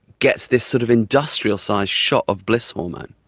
gets this sort of industrial sized shot of bliss hormone.